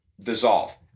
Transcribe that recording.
dissolve